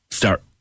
start